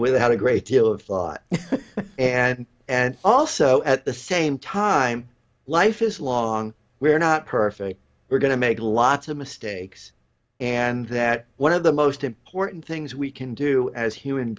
have a great deal of thought and and also at the same time life is long we are not perfect we're going to make lots of mistakes and that one of the most important things we can do as human